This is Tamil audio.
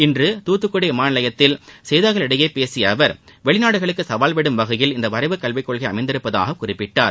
இன்று தூத்துக்குடி விமான நிலையத்தில் செய்தியாளர்களிடம் பேசிய அவர் வெளிநாடுகளுக்கு சவால் விடும் வகையில் இந்த வரைவு கல்விக் கொள்கை அமைந்துள்ளதாக குறிப்பிட்டார்